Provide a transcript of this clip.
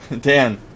Dan